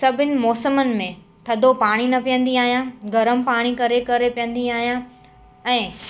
सभिनि मोसमनि में थधो पाणी न पीअंदी आहियां गर्मु पाणी करे करे पीअंदी आहियां ऐं